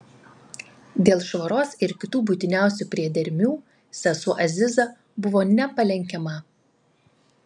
dėl švaros ir kitų būtiniausių priedermių sesuo aziza buvo nepalenkiama